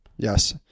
Yes